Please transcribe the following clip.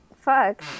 Fuck